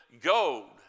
gold